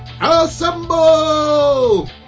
Assemble